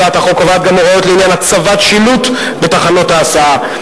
הצעת החוק קובעת גם הוראות לעניין הצבת שילוט בתחנות ההסעה.